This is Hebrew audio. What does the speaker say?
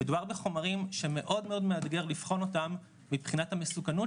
מדובר בחומרים שמאוד מאוד מאתגר לבחון אותם מבחינת המסוכנות